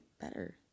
better